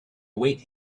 await